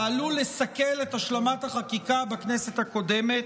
פעלו לסכל את השלמת החקיקה בכנסת הקודמת,